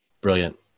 Brilliant